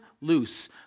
loose